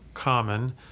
common